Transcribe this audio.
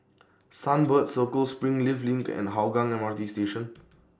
Sunbird Circle Springleaf LINK and Hougang M R T Station